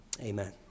Amen